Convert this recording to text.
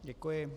Děkuji.